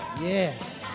Yes